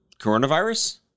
coronavirus